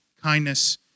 kindness